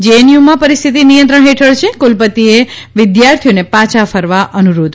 જેએનયુમાં પરિસ્થિતિ નિયંત્રણ હેઠળ છે કુલપતિએ વિદ્યાર્થીઓને પાછા ફરવા અનુરોધ